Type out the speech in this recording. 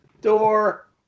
Door